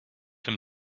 him